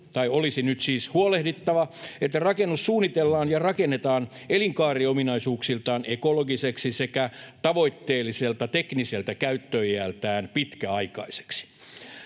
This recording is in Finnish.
olisi nyt siis huolehdittava, että rakennus suunnitellaan ja rakennetaan elinkaariominaisuuksiltaan ekologiseksi sekä tavoitteelliselta tekniseltä käyttöiältään pitkäaikaiseksi.